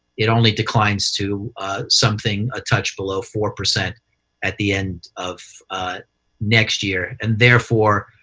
it only declines to something a touch below four percent at the end of next year. and therefore,